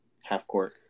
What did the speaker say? half-court